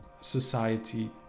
society